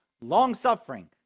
long-suffering